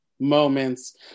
moments